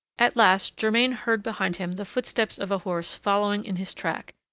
at last, germain heard behind him the footsteps of a horse following in his track,